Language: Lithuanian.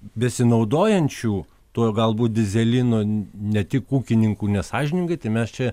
besinaudojančių tuo galbūt dyzelinu ne tik ūkininkų nesąžiningai tai mes čia